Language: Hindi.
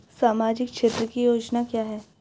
सामाजिक क्षेत्र की योजना क्या है?